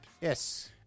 Yes